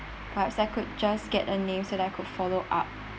perhaps I could just get a name so that I could follow up